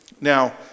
Now